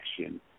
action